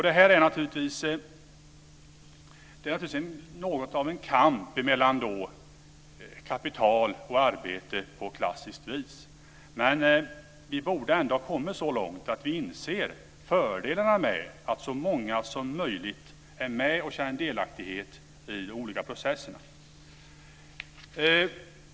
Det är naturligtvis något av en kamp mellan kapital och arbete på klassiskt vis. Men vi borde ändå ha kommit så långt att vi inser fördelarna med att så många som möjligt är med och känner delaktighet i de olika processerna.